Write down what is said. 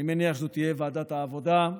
אני מניח שזו תהיה ועדת העבודה.